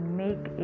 make